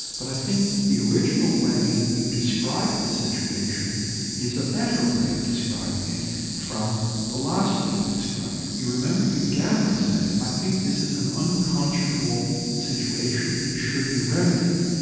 but i think the original way you describe the situation is a better way of describing it from the last way you described it. you remember you began by saying i think this is an unconscionable situation, it should be remedied'.